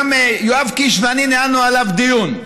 שיואב קיש ואני גם ניהלנו עליו דיון.